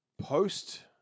Post